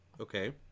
Okay